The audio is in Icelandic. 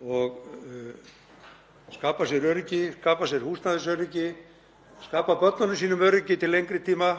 og skapa sér öryggi, skapa sér húsnæðisöryggi, skapa börnunum sínum öryggi til lengri tíma,